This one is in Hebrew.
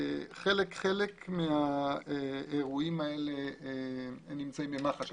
חלק מהאירועים האלה נמצאים במח"ש.